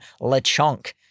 Lechonk